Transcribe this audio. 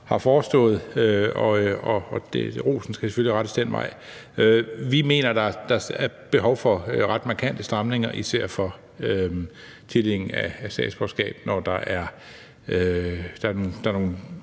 har forestået – og rosen skal selvfølgelig rettes den vej. Vi mener, at der er behov for ret markante stramninger, især i forhold til tildeling af statsborgerskab. For der er nogle